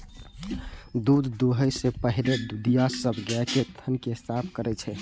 दूध दुहै सं पहिने दुधिया सब गाय के थन कें साफ करै छै